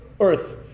earth